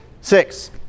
Six